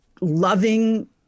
loving